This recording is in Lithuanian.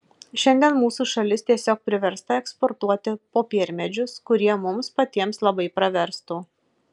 šiandien mūsų šalis tiesiog priversta eksportuoti popiermedžius kurie mums patiems labai praverstų